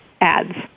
ads